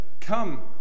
come